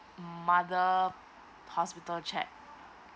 mother hospital check